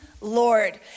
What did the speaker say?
Lord